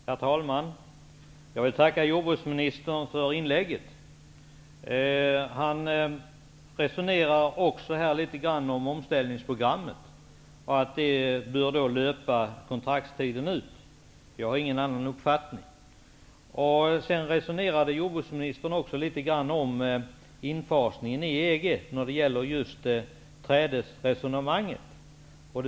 Herr talman! Jag vill tacka jordbruksministern för inlägget. Jordbruksministern resonerar något om omställningsprogrammet. Det bör löpa kontraktstiden ut, säger han. Jag har ingen annan uppfattning. Jordbruksministern resonerade också något om infasningen i EG när det gäller frågan om träda.